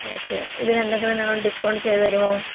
okay ഇതിനെന്തെങ്കിലും നിങ്ങൾ discount ചെയ്തു തരുമോ